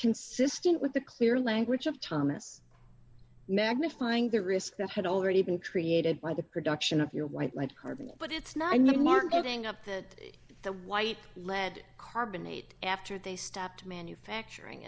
consistent with the clear language of thomas magnifying the risk that had already been created by the production of your white light carving but it's ninety marketing up that the white lead carbonate after they stopped manufacturing